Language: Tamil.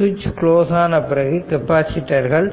ஸ்விச் கிளோஸ் ஆனபிறகு கெப்பாசிட்டர்கள்